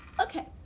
Okay